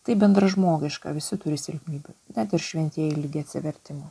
tai bendražmogiška visi turi silpnybių net ir šventieji lydi atsivertimo